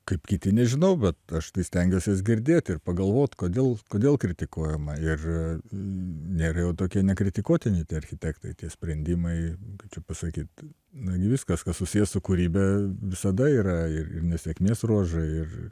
kaip kiti nežinau bet aš tai stengiuosi juos girdėti ir pagalvot kodėl kodėl kritikuojama ir nėra jau tokie nekritikuotini architektai tie sprendimai kaip čia pasakyti nagi viskas kas susiję su kūryba visada yra ir nesėkmės ruožai ir